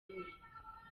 umwe